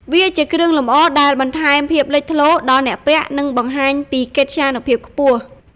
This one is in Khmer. វាជាគ្រឿងលម្អដែលបន្ថែមភាពលេចធ្លោដល់អ្នកពាក់ និងបង្ហាញពីកិត្យានុភាពខ្ពស់។